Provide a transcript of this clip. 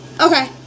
Okay